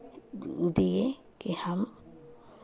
दिए कि हम